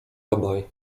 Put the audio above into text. obaj